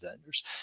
vendors